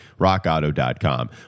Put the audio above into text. rockauto.com